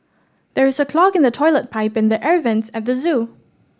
there is a clog in the toilet pipe and the air vents at the zoo